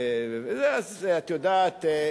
את יודעת,